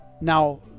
Now